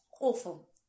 Awful